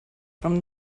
from